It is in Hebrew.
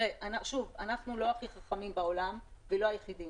אנחנו לא הכי חכמים בעולם ולא היחידים.